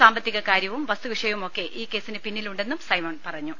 സാമ്പത്തിക കാര്യവും വസ്തുവിഷയവുമൊക്കെ ഈ കേസിന് പിന്നിലുണ്ടെന്നും സൈമൺ പറഞ്ഞു